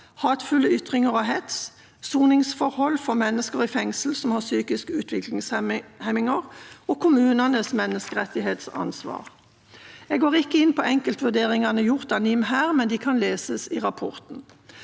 hatefulle ytringer og hets, soningsforhold for mennesker i fengsel som har psykiske utviklingshemminger, og kommunenes menneskerettighetsansvar. Jeg går ikke inn på enkeltvurderingene gjort av NIM her, men de kan leses i rapporten.